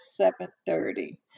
7.30